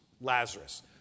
Lazarus